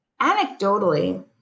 anecdotally